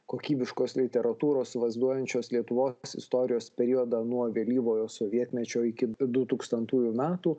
kokybiškos literatūros vaizduojančios lietuvos istorijos periodą nuo vėlyvojo sovietmečio iki dutūkstantųjų metų